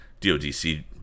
DODC